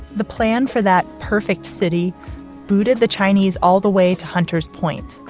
the plan for that perfect city booted the chinese all the way to hunter's point,